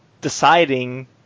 deciding